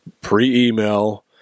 pre-email